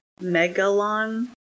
Megalon